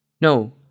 No